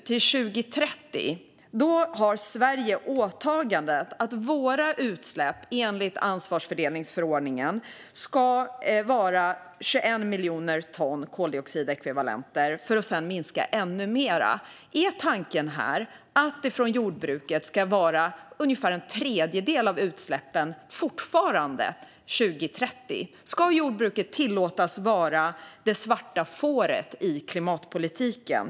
Till 2030 har Sverige ett åtagande enligt ansvarsfördelningsförordningen att se till att våra utsläpp ska vara 21 miljoner ton koldioxidekvivalenter, för att sedan minska ännu mer. Är tanken här att jordbruket fortfarande 2030 ska stå för ungefär en tredjedel av utsläppen? Ska jordbruket tillåtas vara det svarta fåret i klimatpolitiken?